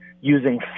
using